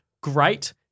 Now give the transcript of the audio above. great